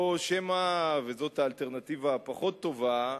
או שמא, וזאת האלטרנטיבה הפחות טובה,